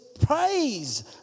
praise